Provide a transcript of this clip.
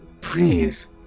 Please